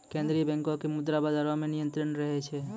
केन्द्रीय बैंको के मुद्रा बजारो मे नियंत्रण रहै छै